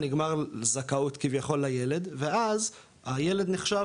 נגמר זכאות כביכול הילד ואז הילד נחשב